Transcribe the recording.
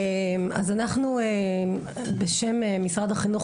אז אנחנו בשם משרד החינוך,